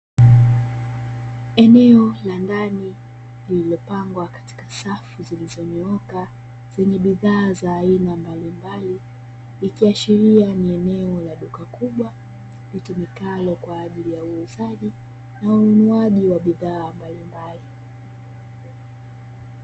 Eneo la ndani lililopangwa katika safu zilizonyooka zenye bidhaa za aina mbalimbali, ikiashiria ni eneo la duka kubwa litumikalotumika kwa ajili ya uuzaji na ununuaji wa bidhaa mbalimbali.